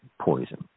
poison